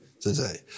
today